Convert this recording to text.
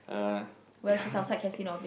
uh yeah